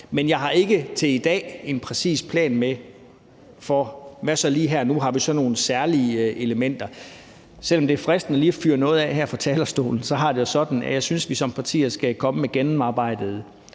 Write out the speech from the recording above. Men jeg har ikke i dag en præcis plan med for, hvad vi lige nu og her har af særlige elementer. Selv om det er fristende lige at fyre noget af her fra talerstolen, har jeg det sådan, at jeg synes, at vi som partier skal komme med gennemarbejdede